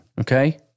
Okay